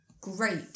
great